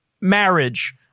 marriage